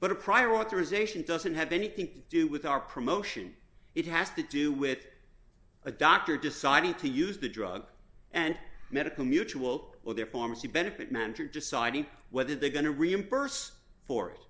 but a prior authorization doesn't have anything to do with our promotion it has to do with a doctor deciding to use the drug and medical mutual or their pharmacy benefit manager deciding whether they're going to reimburse for it